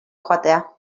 joatea